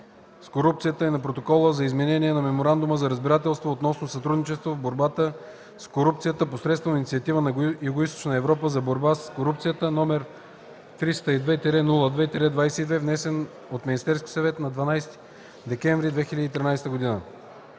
с корупцията и на Протокола за изменение на Меморандума за разбирателство относно сътрудничество в борбата с корупцията посредством Инициативата на Югоизточна Европа за борба с корупцията, № 302-02-22, внесен от Министерския съвет на 12 декември 2013 г.